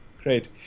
Great